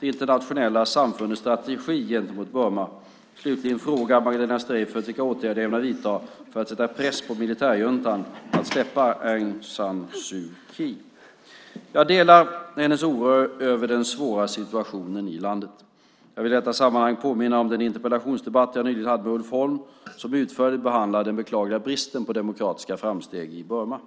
det internationella samfundets strategi gentemot Burma. Slutligen frågar Magdalena Streijffert vilka åtgärder jag ämnar vidta för att sätta press på militärjuntan att släppa Aung San Suu Kyi. Jag delar Magdalena Streijfferts oro över den svåra situationen i Burma. Jag vill i detta sammanhang påminna om den interpellationsdebatt jag nyligen hade med Ulf Holm som utförligt behandlade den beklagliga bristen på demokratiska framsteg i Burma.